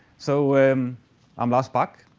so i'm lars bak.